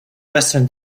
western